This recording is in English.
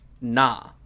nah